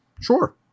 sure